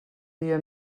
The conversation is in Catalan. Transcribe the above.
dia